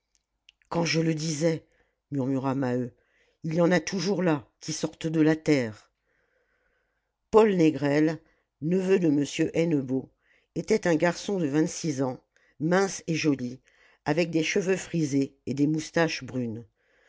quand je le disais murmura maheu il y en a toujours là qui sortent de la terre paul négrel neveu de m hennebeau était un garçon de vingt-six ans mince et joli avec des cheveux frisés et des moustaches brunes